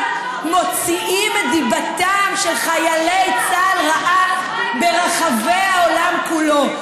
מוציאים את דיבתם של חיילי צה"ל רעה ברחבי העולם כולו.